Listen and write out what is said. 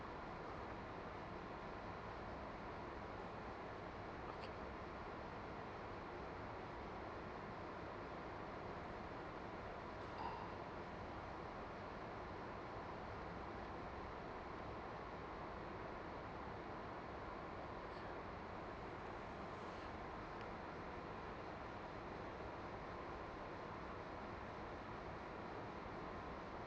okay